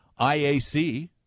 IAC